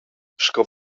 sco